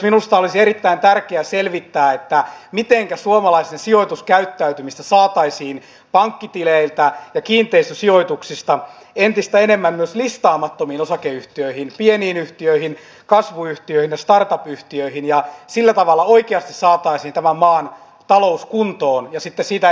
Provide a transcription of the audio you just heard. minusta olisi myös erittäin tärkeää selvittää mitenkä suomalaisten sijoituskäyttäytymistä saataisiin pankkitileiltä ja kiinteistösijoituksista entistä enemmän myös listaamattomiin osakeyhtiöihin pieniin yhtiöihin kasvuyhtiöihin ja startupyhtiöihin ja sillä tavalla oikeasti saataisiin tämän maan talous kuntoon ja sitten siitä eteenpäin nousuun